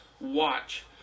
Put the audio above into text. Watch